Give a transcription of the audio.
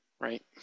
right